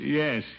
yes